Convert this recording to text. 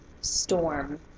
storm